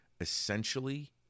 essentially